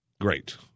Great